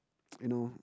you know